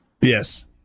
Yes